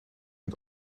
het